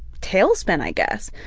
tailspin, i guess.